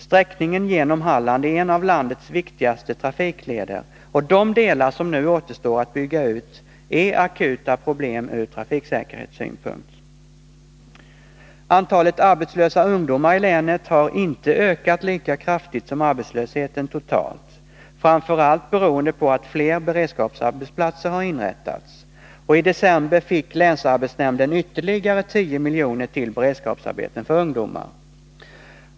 Sträckningen genom Halland är en av landets viktigaste trafikleder, och när det gäller de delar som nu återstår att bygga ut är problemen akuta från trafiksäkerhetssynpunkt. Antalet arbetslösa ungdomar i länet har inte ökat lika kraftigt som arbetslösheten totalt, framför allt beroende på att flera beredskapsarbetsplatser har inrättats. Och i december fick länsarbetsnämnden ytterligare 10 miljoner till beredskapsarbeten för ungdomar.